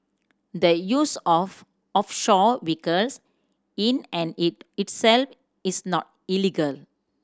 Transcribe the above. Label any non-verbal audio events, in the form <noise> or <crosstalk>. the use of offshore vehicles in and <unintelligible> itself is not illegal